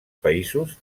països